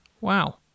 Wow